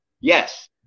Yes